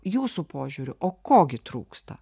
jūsų požiūriu o ko gi trūksta